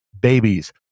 babies